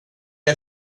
har